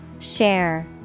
Share